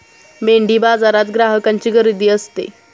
मेंढीबाजारात ग्राहकांची गर्दी असते